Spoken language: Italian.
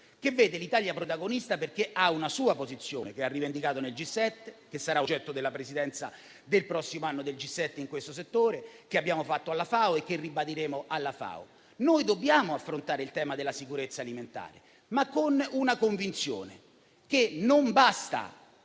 che vede l'Italia protagonista perché ha una sua posizione, che ha rivendicato nel G7 e che sarà oggetto della Presidenza del prossimo anno del G7 in questo settore, che ha sostenuto alla FAO e che ribadirà in quella sede. Noi dobbiamo affrontare il tema della sicurezza alimentare, con la convinzione, però, che non basta